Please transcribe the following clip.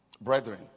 brethren